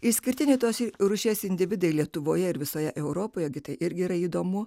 išskirtinė tos rūšies individai lietuvoje ir visoje europoje tai irgi yra įdomu